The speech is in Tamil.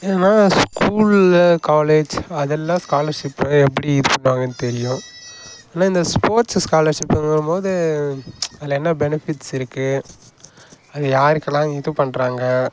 ஏன்னா ஸ்கூலில் காலேஜ் அதெல்லாம் ஸ்காலர்ஷிப்பை எப்படி இது பண்ணுவாங்கனு தெரியும் இல்லை இந்த ஸ்போட்ஸ் ஸ்காலர்ஷிப்புங்கும்போது அதில் என்ன பெனிஃபிட்ஸ் இருக்கு அது யாருக்கெல்லாம் இது பண்ணுறாங்க